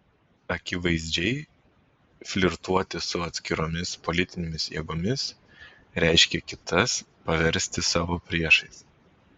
akivaizdžiai flirtuoti su atskiromis politinėmis jėgomis reiškia kitas paversti savo priešais